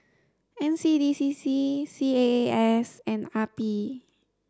N C D C C C A A S and R P